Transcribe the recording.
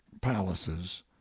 palaces